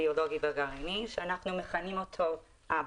הביולוגי והגרעיני שאנחנו מכנים אותו אב"כ,